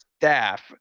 staff